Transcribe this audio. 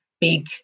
big